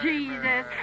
Jesus